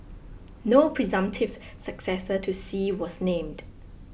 no presumptive successor to Xi was named